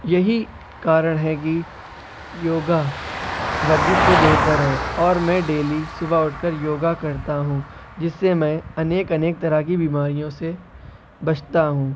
یہی کارن ہے کہ یوگا ورزش سے بہتر ہے اور میں ڈیلی صبح اٹھ کر یوگا کرتا ہوں جس سے میں انیک انیک طرح کی بیماریوں سے بچتا ہوں